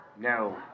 no